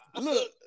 look